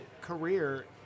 career